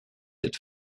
cette